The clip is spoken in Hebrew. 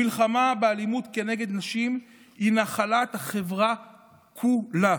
המלחמה באלימות נגד נשים היא נחלת החברה כולה,